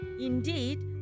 indeed